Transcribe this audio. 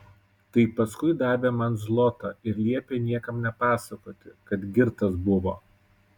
tai paskui davė man zlotą ir liepė niekam nepasakoti kad girtas buvo